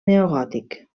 neogòtic